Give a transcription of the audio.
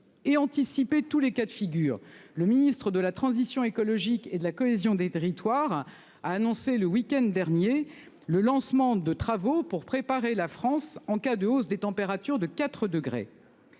et anticiper tous les cas de figure, le ministre de la transition écologique et de la cohésion des territoires, a annoncé le week-end dernier le lancement de travaux pour préparer la France en cas de hausse des températures de 4 degrés.